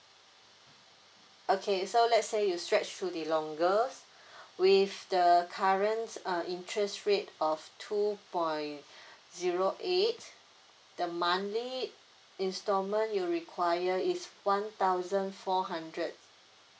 okay so let's say you stretch to the longest with the current uh interest rate of two point zero eight the monthly installment you require is one thousand four hundred